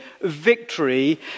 victory